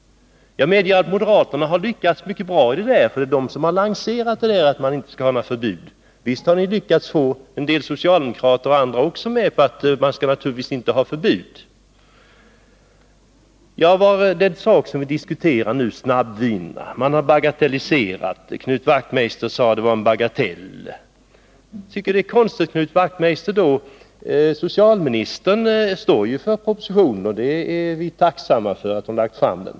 Jag medger att moderaterna har lyckats mycket bra härvidlag, eftersom det är de som har lanserat att det inte skall finnas några förbud. Ni har fått vissa socialdemokrater och andra med på att det inte skall få finnas förbud. När det gäller snabbvinerna, som vi nu diskuterar, har man bagatelliserat det hela. Knut Wachtmeister sade att det var en bagatell. Men socialministern står ju för propositionen, och vi är tacksamma för att hon har lagt fram den.